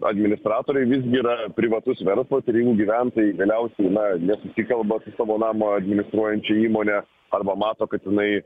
administratoriai yra privatus verslas ir jeigu gyventojai galiausiai na nesusikalba savo namą administruojančia įmone arba mato kad inai